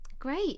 great